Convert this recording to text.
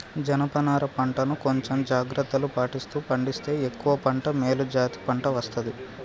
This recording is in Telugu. జనప నారా పంట ను కొంచెం జాగ్రత్తలు పాటిస్తూ పండిస్తే ఎక్కువ పంట మేలు జాతి పంట వస్తది